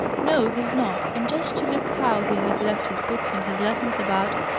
no, he's not. and, just to look how he has left his books and his lessons about,